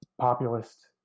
populist